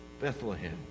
Bethlehem